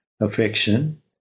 affection